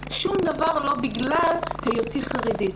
שום דבר לא בגלל היותי חרדית.